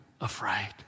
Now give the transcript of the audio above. afraid